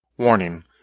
Warning